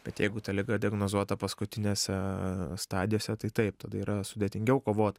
bet jeigu ta liga diagnozuota paskutinėse stadijose tai taip tada yra sudėtingiau kovot